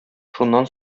шуннан